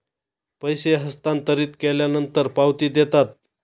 पैसे हस्तांतरित केल्यानंतर पावती देतात